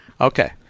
Okay